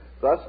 Thus